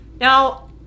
Now